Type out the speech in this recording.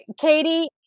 Katie